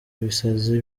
ibisazi